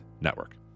Network